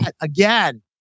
Again